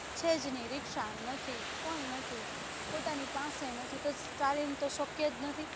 છે જ નહીં રીક્ષા નથી કોઈ નથી પોતાની પાસે નથી તો ચાલીન તો શક્ય જ નથી